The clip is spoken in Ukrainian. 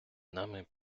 нами